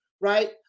right